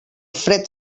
fred